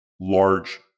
large